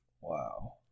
Wow